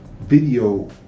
video